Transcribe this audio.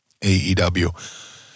AEW